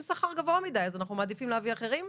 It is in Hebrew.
שכר גבוה מדי אז אתם מעדיפים להביא אחרים?